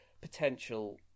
potential